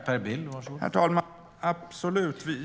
Herr talman! Så är det absolut.